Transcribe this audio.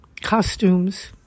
costumes